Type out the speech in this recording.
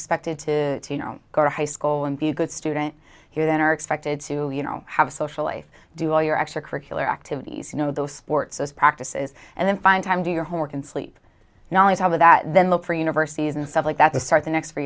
expected to you know go to high school and be a good student here then are expected to you know have a social life do all your extracurricular activities you know those sports those practices and then find time do your homework and sleep not only help with that then look for universities and stuff like that to start the next